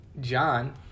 John